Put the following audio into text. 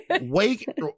wake